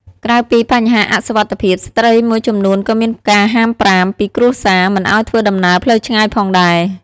ក្រៅពីបញ្ហាអសុវត្ថិភាព ស្ត្រីមួយចំនួនក៏មានការហាមប្រាមពីគ្រួសារមិនឱ្យធ្វើដំណើរផ្លូវឆ្ងាយផងដែរ។